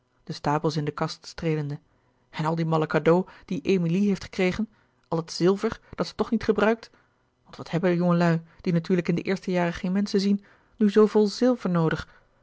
de stapels in de kast streelende en al die malle cadeaux die emilie heeft gekregen al dat zilver dat ze toch niet gebruikt want wat hebben jongelui die natuurlijk in de eerste jaren geen menschen zien nu zooveel zilver noodig